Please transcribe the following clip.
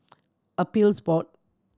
Appeals Board